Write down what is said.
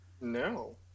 No